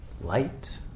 light